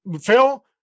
Phil